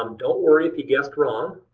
um don't worry if you guessed wrong.